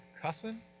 cussing